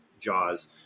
Jaws